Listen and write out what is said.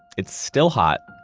it's still hot,